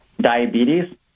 diabetes